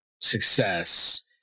success